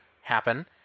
happen